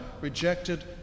rejected